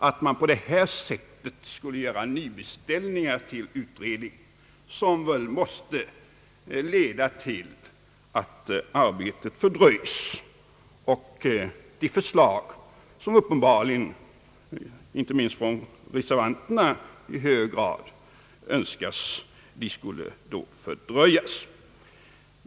Att man på detta sätt skulle hos utredningen göra nybeställningar måste väl leda till att arbetet fördröjs och att genomförandet av de förslag som uppenbarligen inte minst reservanterna framför också skulle fördröjas.